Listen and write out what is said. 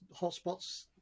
hotspots